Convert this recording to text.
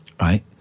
right